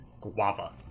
Guava